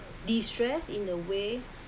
distress in a way